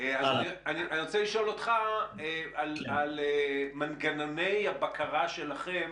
אני רוצה לשאול אותך על מנגנוני הבקשה שלכם